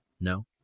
No